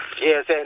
Yes